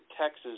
Texas